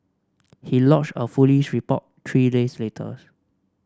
he lodged a foolish report three days later